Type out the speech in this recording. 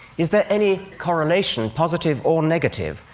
is there any correlation, positive or negative,